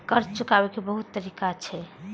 कर्जा चुकाव के बहुत तरीका छै?